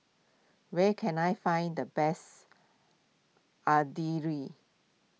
where can I find the best Idili